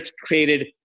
created